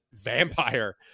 vampire